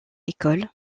école